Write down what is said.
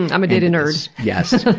and i'm a data nerd. yes. so